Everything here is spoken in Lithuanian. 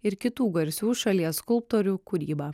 ir kitų garsių šalies skulptorių kūrybą